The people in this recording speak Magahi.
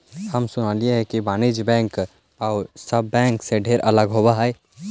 हम सुनलियई हे कि वाणिज्य बैंक आउ सब बैंक से ढेर अलग होब हई